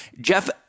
Jeff